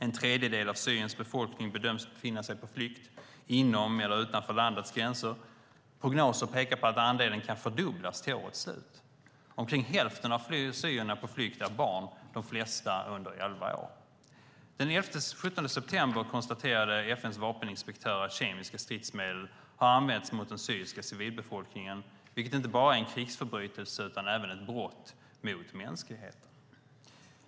En tredjedel av Syriens befolkning bedöms befinna sig på flykt inom eller utanför landets gränser. Prognoser pekar på att andelen kan fördubblas till årets slut. Omkring hälften av syrierna på flykt är barn, och de flesta är under elva år. Den 17 september konstaterade FN:s vapeninspektör att kemiska stridsmedel har använts mot den syriska civilbefolkningen, vilket inte bara är en krigsförbrytelse utan även ett brott mot mänskligheten.